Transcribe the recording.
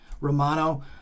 Romano